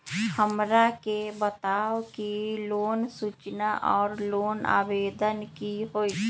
हमरा के बताव कि लोन सूचना और लोन आवेदन की होई?